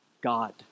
God